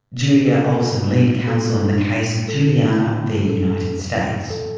julia olson, lead counsel in the case julianna v united states.